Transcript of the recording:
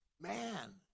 Man